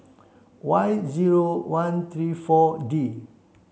Y zero one three four D